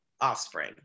offspring